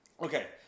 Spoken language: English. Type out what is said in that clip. Okay